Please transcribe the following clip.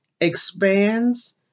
expands